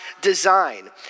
design